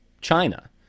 China